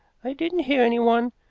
i didn't hear anyone,